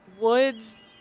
Woods –